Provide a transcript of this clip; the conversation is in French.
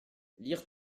lire